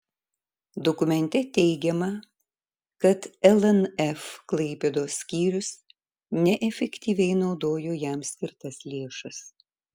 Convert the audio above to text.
dokumente teigiama kad lnf klaipėdos skyrius neefektyviai naudojo jam skirtas lėšas